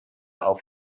auf